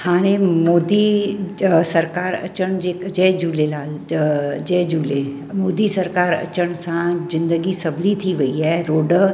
हाणे मोदी च सरकार अचनि जे जय झूलेलाल अ जय झूले मोदी सरकार अचनि सां जिंदगी सवली थी वई ऐं रोड